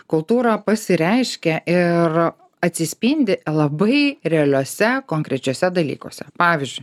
kultūra pasireiškia ir atsispindi labai realiose konkrečiuose dalykuose pavyzdžiui